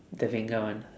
the vanga one